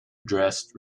dressed